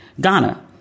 Ghana